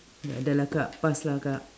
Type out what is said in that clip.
dah lah kak pass lah akak